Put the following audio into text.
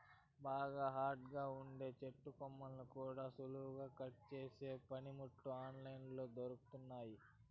బాగా హార్డ్ గా ఉండే చెట్టు కొమ్మల్ని కూడా సులువుగా కట్ చేసే పనిముట్లు ఆన్ లైన్ లో దొరుకుతున్నయ్యి